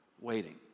waiting